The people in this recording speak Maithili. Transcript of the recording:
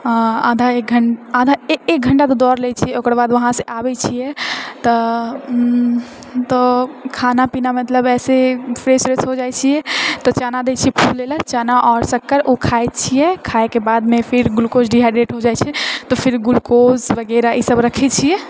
आधा एक एक घण्टा तऽ दौड़ लए छिऐ ओकर बाद वहाँसँ आबै छिऐ तऽ तऽ खाना पीना मतलब ऐसे फ्रेश व्रेश हो जाइत छी तऽ चना दए छी फूलए लए चना आओर शक्कर ओ खाए छिऐ खाएके बादमे फिर ग्लुकोज डिहाइड्रेट हो जाइत छै फिर ग्लुकोज वगैरह ई सभ रखैत छिऐ